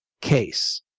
case